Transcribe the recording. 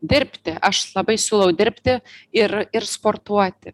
dirbti aš labai siūlau dirbti ir ir sportuoti